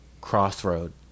crossroad